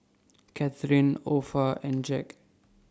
Katharyn Opha and Jack